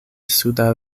suda